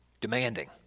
demanding